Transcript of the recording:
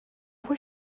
were